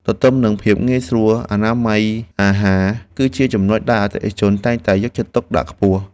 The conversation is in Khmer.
ទន្ទឹមនឹងភាពងាយស្រួលបញ្ហាអនាម័យអាហារ គឺជាចំណុចដែលអតិថិជនតែងតែយកចិត្តទុកដាក់ខ្ពស់។